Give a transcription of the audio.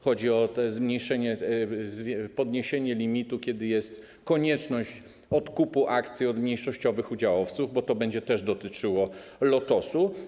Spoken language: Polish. Chodzi o to zmniejszenie, podniesienie limitu, kiedy jest konieczność odkupu akcji od mniejszościowych udziałowców, bo to będzie też dotyczyło Lotosu.